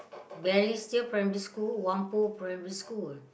Balestier-Primary-School Whampoa-Primary-School